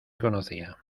conocía